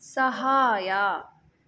ಸಹಾಯ